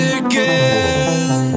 again